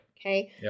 Okay